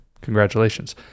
congratulations